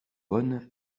bonne